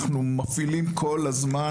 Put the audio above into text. אנחנו מפעילים כל הזמן,